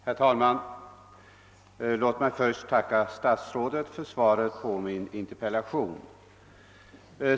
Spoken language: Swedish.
Herr talman! Låt mig först tacka statsrådet för svaret på min interpellation.